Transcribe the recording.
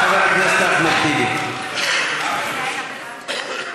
חבר הכנסת אחמד טיבי, בבקשה.